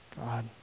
God